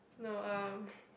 no uh